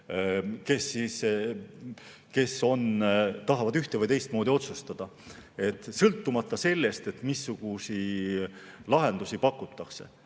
need, kes tahavad ühte- või teistmoodi otsustada, sõltumata sellest, missuguseid lahendusi pakutakse.